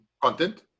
content